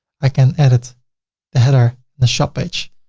i can edit the header and the shop page.